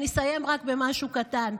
אני אסיים רק במשהו קטן.